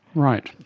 right,